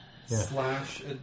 Slash